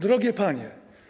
Drogie Panie!